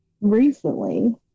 Recently